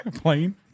plane